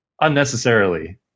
unnecessarily